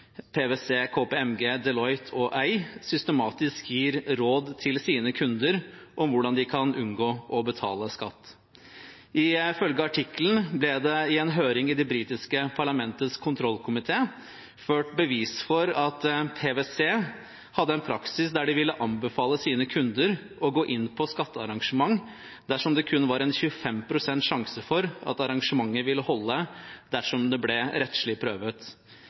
PwC, KPMG, Deloitte og EY systematisk gir råd til sine kunder om hvordan de kan unngå å betale skatt. Ifølge artikkelen ble det i en høring i det britiske parlamentets kontrollkomité ført bevis for at PwC hadde en praksis der de ville anbefale sine kunder å gå inn på skattearrangement dersom det kun var 25 pst. sjanse for at arrangementet ville holde dersom det ble rettslig